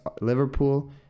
Liverpool